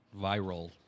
viral